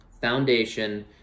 foundation